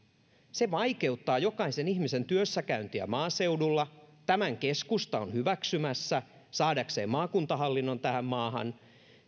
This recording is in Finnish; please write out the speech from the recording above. se vaikeuttaa jokaisen ihmisen työssäkäyntiä maaseudulla tämän keskusta on hyväksymässä saadakseen maakuntahallinnon tähän maahan